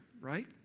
right